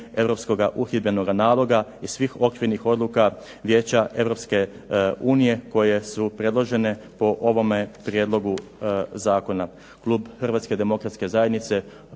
uhidbenoga naloga i svih okvirnih odluka vijeća Europske unije, koje su predložene po ovome prijedlogu zakona. Klub Hrvatske demokratske zajednice